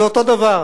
זה אותו דבר.